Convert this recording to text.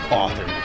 author